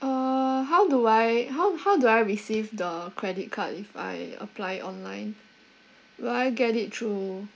uh how do I how how do I receive the credit card if I apply it online will I get it through